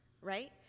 right